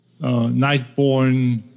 Nightborn